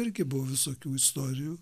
irgi buvo visokių istorijų